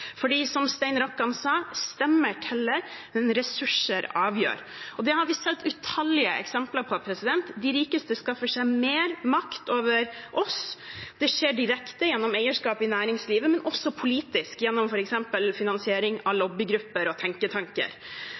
som Stein Rokkan sa: «Stemmer teller, men ressurser avgjør». Det har vi sett utallige eksempler på. De rikeste skaffer seg mer makt over oss. Det skjer direkte, gjennom eierskap i næringslivet, men også politisk, gjennom f.eks. finansiering av lobbygrupper og tenketanker.